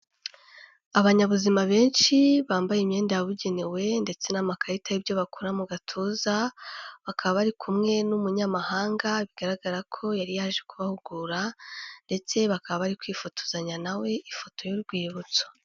Abanyabuzima benshi bambaye imyenda yabugenewe ndetse n'amakarita y'ibyo bakora mu gatuza, bakaba bari kumwe n'umunyamahanga bigaragara ko yari yaje kubahugura ndetse bakaba bari kwifotozanya na we ifoto y'urwibutso.